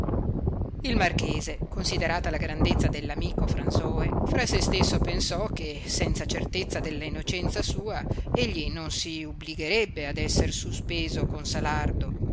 il marchese considerata la grandezza dell'amico fransoe fra se stesso pensò che senza certezza della innocenza sua egli non si ubbligarebbe ad essere suspeso con salardo